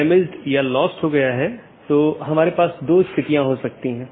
जब ऐसा होता है तो त्रुटि सूचना भेज दी जाती है